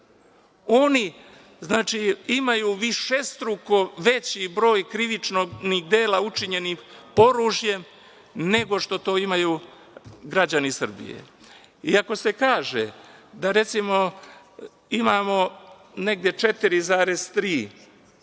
znači imaju višestruko veći broj krivičnih dela učinjenih oružjem nego što to imaju građani Srbije. Ako se kaže da, recimo, imamo negde 4,3,